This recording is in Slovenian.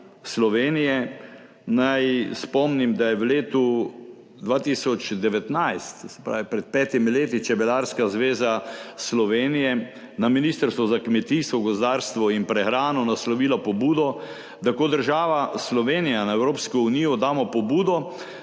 Slovenije, naj spomnim, da je v letu 2019, se pravi pred petimi leti, Čebelarska zveza Slovenije na Ministrstvo za kmetijstvo, gozdarstvo in prehrano naslovila pobudo, da kot država Slovenija na Evropsko unijo damo pobudo,